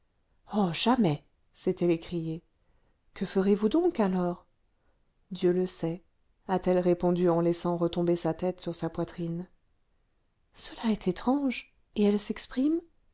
oh jamais s'est-elle écriée que ferez-vous donc alors dieu le sait a-t-elle répondu en laissant retomber sa tête sur sa poitrine cela est étrange et elle s'exprime